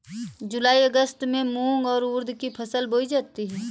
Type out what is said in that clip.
जूलाई अगस्त में मूंग और उर्द की फसल बोई जाती है